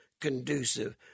conducive